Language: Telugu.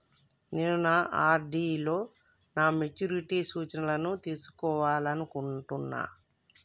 నేను నా ఆర్.డి లో నా మెచ్యూరిటీ సూచనలను తెలుసుకోవాలనుకుంటున్నా